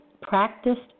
practiced